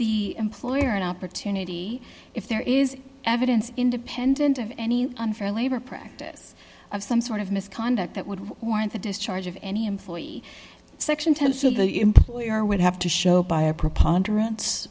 the employer an opportunity if there is evidence independent of any unfair labor practice of some sort of misconduct that would warrant the discharge of any employee section employer would have to show by a preponderance